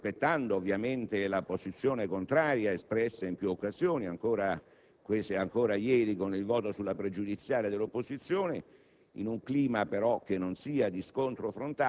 operato), rispettando ovviamente la posizione contraria espressa in più occasioni rese ancora ieri con il voto sulla pregiudiziale dell'opposizione,